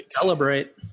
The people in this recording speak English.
Celebrate